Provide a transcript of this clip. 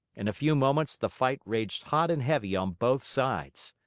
in a few moments, the fight raged hot and heavy on both sides.